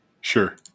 Sure